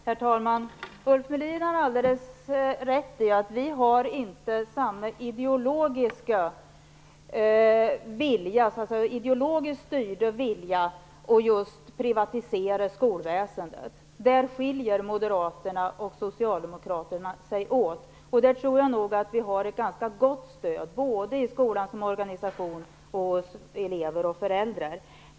Herr talman! Ulf Melin har alldeles rätt i att vi inte har samma ideologiskt styrda vilja att privatisera skolväsendet. Därvidlag skiljer sig moderaterna och socialdemokraterna åt. Jag tror att vi har ett ganska gott stöd både i skolan som organisation och bland elever och föräldrar för vår inställning.